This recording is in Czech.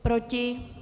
Proti?